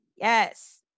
Yes